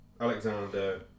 Alexander